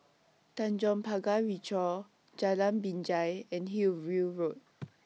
Tanjong Pagar Ricoh Jalan Binjai and Hillview Road